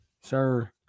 sir